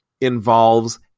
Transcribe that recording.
involves